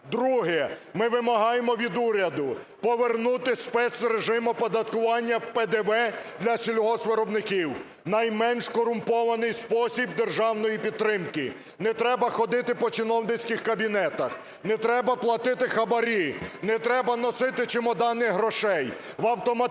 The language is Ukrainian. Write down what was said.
Друге. Ми вимагаємо від уряду повернути спецрежим оподаткування ПДВ для сільгоспвиробників - найменш корумпований спосіб державної підтримки. Не треба ходити по чиновницьких кабінетах, не треба платити хабарі, не треба носити чемодани грошей, в автоматичному